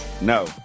No